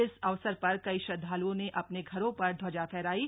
इस अवसर पर कई श्रद्धालुओं ने अपने घरों पर ध्वजा फहरायी